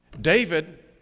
David